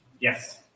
Yes